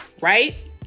Right